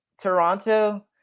Toronto